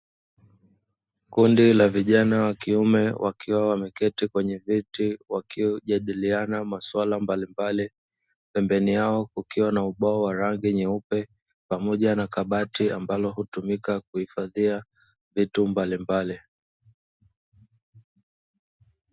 Kundi la vijana wakiume wakiwa wameketi kwenye viti wakijadiliana maswala mbalimbali, pembeni yao kukiwa na ubao wa rangi nyeupe, pamoja na kabati ambalo hutumika kuhifadhia vitu mbalimbali.